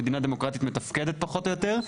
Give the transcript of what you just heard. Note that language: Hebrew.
מדינה דמוקרטית מתפקדת פחות או יותר,